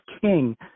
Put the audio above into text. king